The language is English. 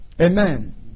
Amen